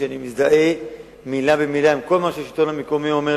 ואני מזדהה מלה במלה עם כל מה שהשלטון המקומי אומר,